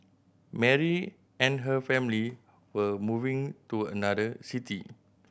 Mary and her family were moving to another city